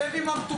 שב עם המטופלים.